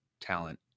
talent